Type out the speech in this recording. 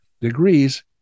degrees